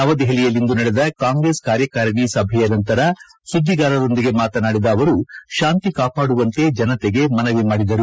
ನವದೆಹಲಿಯಲ್ಲಿಂದು ನಡೆದ ಕಾಂಗ್ರೆಸ್ ಕಾರ್ಯಕಾರಿಣಿ ಸಭೆಯ ನಂತರ ಸುದ್ಗಾರರೊಂದಿಗೆ ಮಾತನಾಡಿದ ಅವರು ಶಾಂತಿ ಕಾಪಾಡುವಂತೆ ಜನತೆಗೆ ಮನವಿ ಮಾಡಿದ್ದಾರೆ